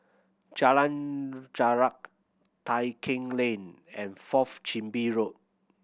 Jalan Jarak Tai Keng Lane and Fourth Chin Bee Road